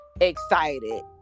excited